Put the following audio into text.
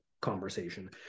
conversation